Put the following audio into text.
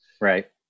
Right